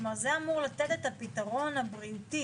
כלומר זה אמור לתת את הפתרון הבריאותי.